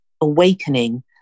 awakening